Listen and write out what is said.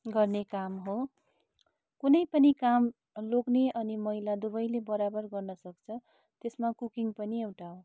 गर्ने काम हो कुनै पनि काम लोग्ने अनि महिला दुवैले बराबर गर्न सक्छ त्यसमा कुकिङ पनि एउटा हो